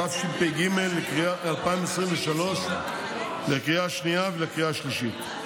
התשפ"ג 2023, לקריאה השנייה ולקריאה השלישית.